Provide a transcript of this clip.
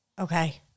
Okay